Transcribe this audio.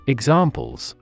Examples